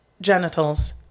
genitals